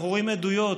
אנחנו רואים עדויות,